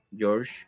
George